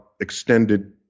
extended